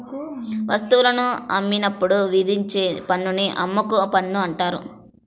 వస్తువులను అమ్మినప్పుడు విధించే పన్నుని అమ్మకపు పన్ను అంటారు